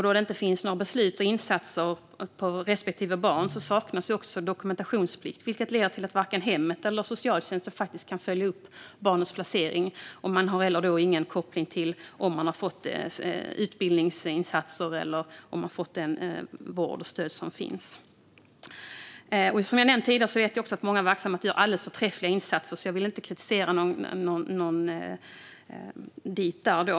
Då det inte finns några beslut om insatser gällande respektive barn saknas också dokumentationsplikt, vilket leder till att varken hemmet eller socialtjänsten kan följa upp barnens placering. Det finns då heller ingen koppling till om man har fått utbildningsinsatser eller om man har fått den vård och det stöd som finns. Som jag tidigare har nämnt vet jag att många verksamheter gör alldeles förträffliga insatser. Jag vill alltså inte kritisera någon.